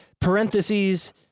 parentheses